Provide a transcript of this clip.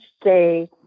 stay